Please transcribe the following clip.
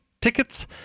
tickets